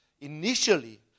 initially